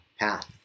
path